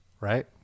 Right